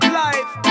life